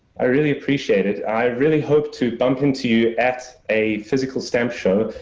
i really appreciate it. i really hope to bump into you at a physical stamp show,